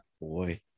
Boy